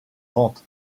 vente